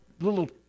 little